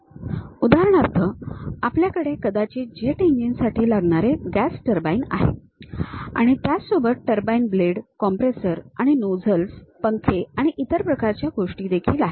उदाहरणार्थ आपल्याकडे कदाचित जेट इंजिन साठी लागणारे गॅस टर्बाइन आहे आणि त्याचसोबत turbine blade turbine blade compressor आणि नोझल्स पंखे आणि इतर प्रकारच्या गोष्टी देखील आहेत